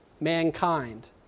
mankind